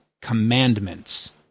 commandments